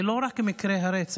זה לא רק מקרי הרצח.